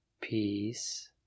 Peace